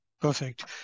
Perfect